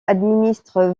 administre